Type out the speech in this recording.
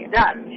done